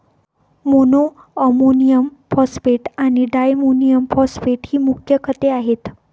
monoammonium phosphate आणि diammonium phosphate ही मुख्य खते आहेत